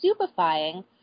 stupefying